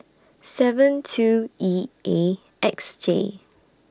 seven two E A X J